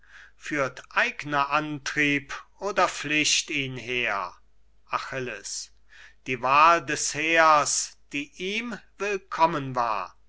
führt eigner antrieb oder pflicht ihn her achilles die wahl des heers die ihm willkommen war